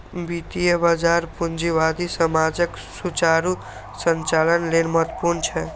वित्तीय बाजार पूंजीवादी समाजक सुचारू संचालन लेल महत्वपूर्ण छै